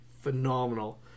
phenomenal